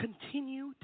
continue